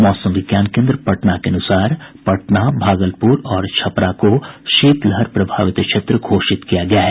मौसम विज्ञान केन्द्र पटना के अनुसार पटना भागलपुर और छपरा को शीत लहर प्रभावित क्षेत्र घोषित किया गया है